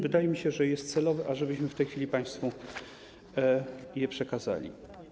Wydaje mi się, że jest celowe, abyśmy w tej chwili państwu to przekazali.